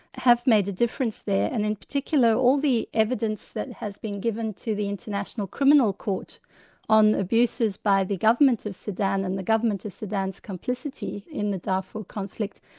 have made a difference there, and in particular all the evidence that has been given to the international criminal court on abuses by the government of sudan and the government of sudan's complicity in the darfur conflict,